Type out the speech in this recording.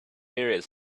areas